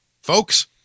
folks